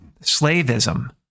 slavism